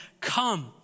come